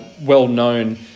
well-known